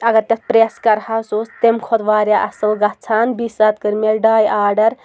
اگر تَتھ پرٛیٚس کَرہے سُہ اوس تمہِ کھۄتہٕ واریاہ اَصٕل گژھان بیٚیہِ ساتہٕ کٔر مےٚ ڈاے آرڈَر